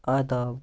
آداب